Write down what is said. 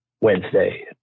Wednesday